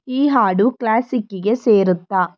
ಈ ಹಾಡು ಕ್ಲಾಸಿಕ್ಕಿಗೆ ಸೇರುತ್ತಾ